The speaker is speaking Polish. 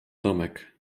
domek